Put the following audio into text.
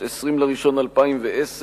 20 בינואר 2010,